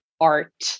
art